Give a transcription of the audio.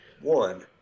One